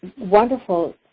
wonderful